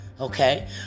Okay